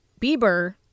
Bieber